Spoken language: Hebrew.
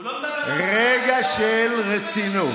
הוא לא מדבר על השר, "רגע של רצינות".